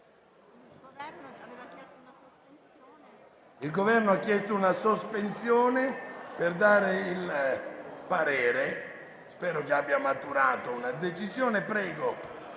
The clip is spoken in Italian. Il Governo aveva chiesto una sospensione per esprimere il parere; spero che abbia maturato una decisione.